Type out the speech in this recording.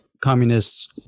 communists